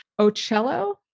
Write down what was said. Ocello